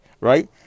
right